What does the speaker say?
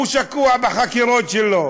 הוא שקוע בחקירות שלו,